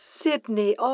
Sydney